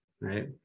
Right